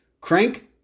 Crank